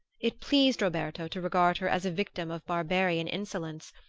it pleased roberto to regard her as a victim of barbarian insolence,